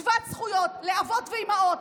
שוות זכויות לאבות ואימהות,